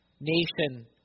nation